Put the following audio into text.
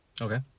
Okay